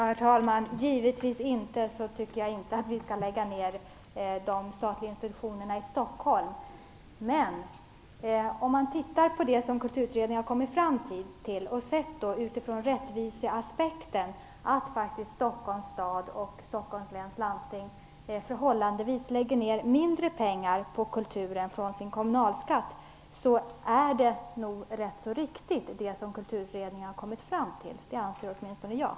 Herr talman! Givetvis skall vi inte lägga ner de statliga institutionerna i Stockholm. Men om man ser på det som Kulturutredningen har kommit fram till angående rättviseaspekten lägger Stockholms stad och Stockholms landsting ner förhållandevis mindre pengar av kommunalskatten på kulturen. Då är nog det som Kulturutredningen har kommit fram till rätt så riktigt. Det anser åtminstone jag.